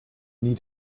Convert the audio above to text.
nie